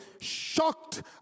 shocked